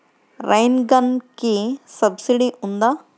Rain గన్కి subsidy ఉందా?